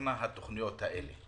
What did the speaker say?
שתאושרנה התוכניות האלה.